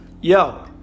yo